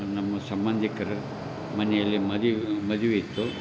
ನಮ್ಮ ಸಂಬಂಧಿಕ್ರ ಮನೆಯಲ್ಲಿ ಮದಿವೆ ಮದುವೆ ಇತ್ತು